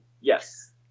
Yes